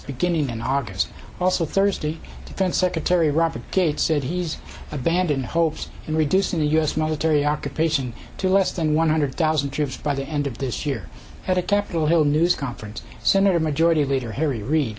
beginning in august also thursday defense secretary robert gates said he's abandoned hopes in reducing the u s military occupation to less than one hundred thousand troops by the end of this year at a capitol hill news conference senator majority leader harry re